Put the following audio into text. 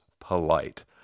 polite